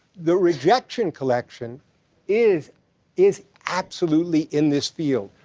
the rejection collection is is absolutely in this field.